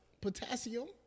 potassium